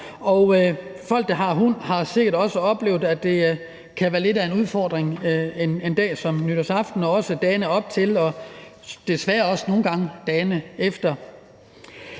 folk, der har hund, har sikkert også oplevet, at en dag som nytårsaften og også dagene op til og desværre også nogle gange dagene efter